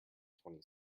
twenty